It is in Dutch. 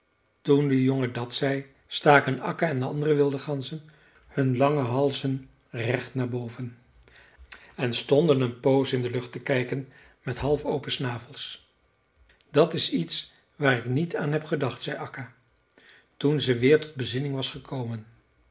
toen de jongen dat zei staken akka en de andere wilde ganzen hun lange halzen recht naar boven en stonden een poos in de lucht te kijken met half open snavels dat is iets waar ik niet aan heb gedacht zei akka toen ze weer tot bezinning was gekomen